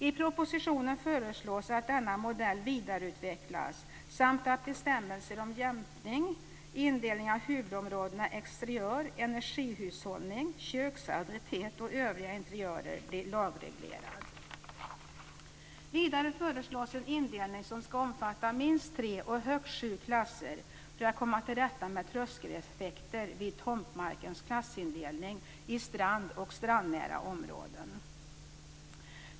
I propositionen föreslås att denna modell vidareutvecklas samt att bestämmelser om jämkning, indelning av huvudområdena exteriör, energihushållning, kök, sanitet och övrig interiör blir lagreglerad. Vidare föreslås en indelning som ska omfatta minst tre och högst sju klasser för att komma till rätta med tröskeleffekter vid tomtmarkens klassindelning i strand och strandnära områden.